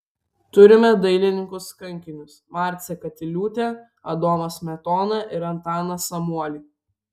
turime dailininkus kankinius marcę katiliūtę adomą smetoną ir antaną samuolį